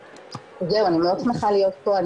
זהו אני מאוד שמחה להיות פה,